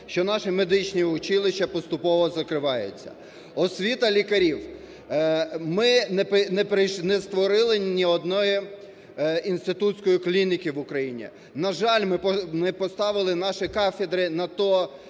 що наші медичні училища поступово закриваються. Освіта лікарів, ми не створили ні однієї інститутської клініки в Україні, на жаль, ми не поставили наші кафедри у ту